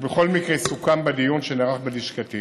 ובכל מקרה סוכם בדיון שנערך בלשכתי